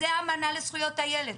זאת האמנה לזכויות הילד,